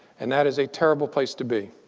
and that is a terrible place to be.